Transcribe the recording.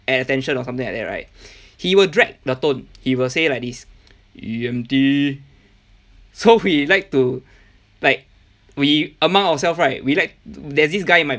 at attention or something like that right he will drag the tone he will say like this E_M_T so we like to like we among ourself right we like there's this guy in my